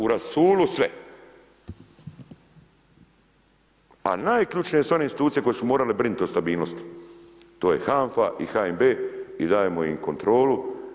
U rasulu sve, a najključnije su one institucije koje su morale brinuti o stabilnosti to je HANF-a i HNB-e i dajemo im kontrolu.